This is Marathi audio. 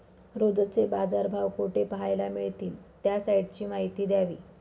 रोजचे बाजारभाव कोठे पहायला मिळतील? त्या साईटची माहिती द्यावी